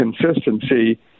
consistency